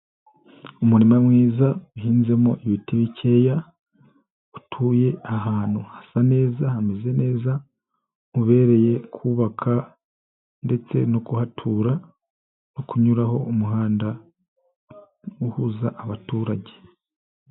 Umurima mwiza uhinzemo ibiti bikeya, utuye ahantu hasa neza hameze neza, ubereye kubaka ndetse no kuhatura, no kunyuraho umuhanda uhuza abaturage.